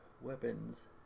weapons